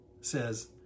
says